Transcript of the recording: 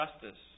justice